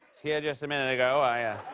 here just a minute ago. oh, i